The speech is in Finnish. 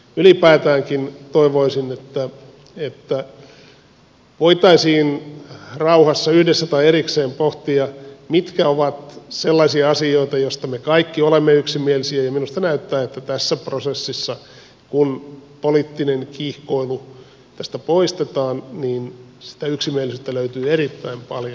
ylipäätäänkin toivoisin että voitaisiin rauhassa yhdessä tai erikseen pohtia mitkä ovat sellaisia asioita joista me kaikki olemme yksimielisiä ja minusta näyttää että tässä prosessissa kun poliittinen kiihkoilu tästä poistetaan sitä yksimielisyyttä löytyy erittäin paljon